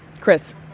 Chris